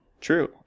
true